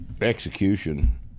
execution